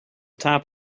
top